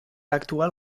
actual